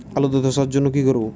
আলুতে ধসার জন্য কি করব?